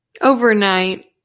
Overnight